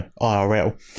IRL